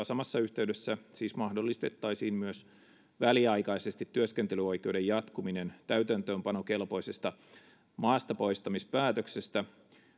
samassa yhteydessä siis mahdollistettaisiin myös väliaikaisesti työskentelyoikeuden jatkuminen täytäntöönpanokelpoisesta maastapoistamispäätöksestä